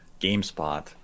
GameSpot